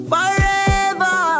Forever